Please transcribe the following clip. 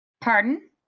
Pardon